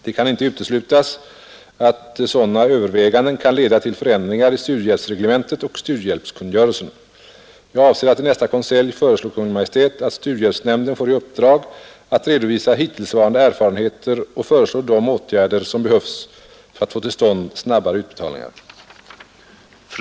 Det kan inte uteslutas att sådana överväganden kan leda till förändringar i studiehjälpsreglementet och studiehjälpskungörelsen. Jag avser att i nästa konselj föreslå Kungl. Maj:t att studiehjälpsnämnden får i uppdrag att redovisa hittillsvarande erfarenheter och föreslå de åtgärder som behövs för att få till stånd snabbare utbetalningar.